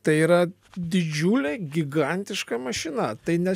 tai yra didžiulė gigantiška mašina tai ne